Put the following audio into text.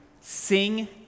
sing